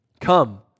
Come